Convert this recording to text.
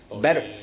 better